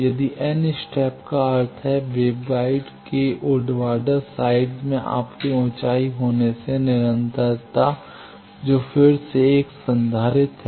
यदि n step का अर्थ है वेवगाइड के ऊर्ध्वाधर साइड में आपके ऊंचाई होने से यह निरंतरता जो फिर से एक संधारित्र है